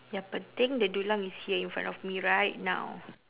yang penting the dulang is here in front of me right now